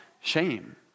shame